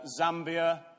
Zambia